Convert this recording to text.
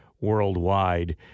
worldwide